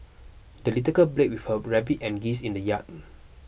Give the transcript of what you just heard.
the little girl played with her rabbit and geese in the yard